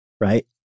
right